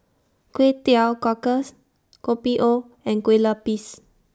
Kway Teow Cockles Kopi O and Kueh Lupis